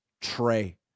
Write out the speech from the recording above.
trey